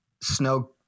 Snow